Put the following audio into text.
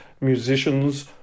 musicians